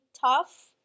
tough